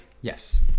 Yes